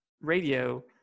radio